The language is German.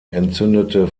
entzündete